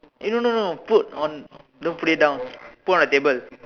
eh no no no put on don't put it down put on the table